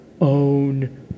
own